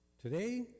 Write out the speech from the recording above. today